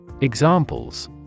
Examples